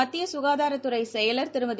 மத்திய சுகாதாரத்துறை செயல் திருமதி